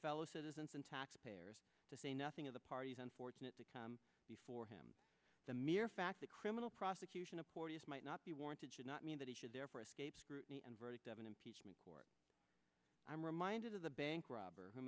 fellow citizens and taxpayers to say nothing of the party's unfortunate to come before him the mere fact that criminal prosecution of might not be warranted should not mean that he should therefore escape scrutiny and verdict of an impeachment court i'm reminded of the bank robber who